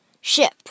ship